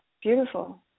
Beautiful